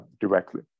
directly